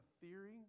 theory